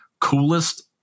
Coolest